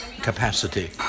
capacity